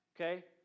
Okay